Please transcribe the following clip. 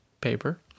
paper